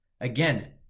Again